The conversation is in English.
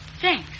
Thanks